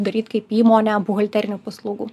daryt kaip įmonę buhalterinių paslaugų